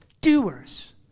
Doers